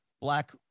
black